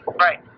Right